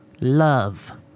Love